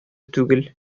түгел